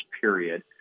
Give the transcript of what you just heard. period